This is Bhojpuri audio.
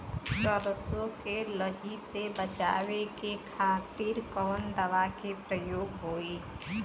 सरसो के लही से बचावे के खातिर कवन दवा के प्रयोग होई?